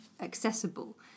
accessible